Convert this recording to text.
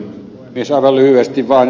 aivan lyhyesti vaan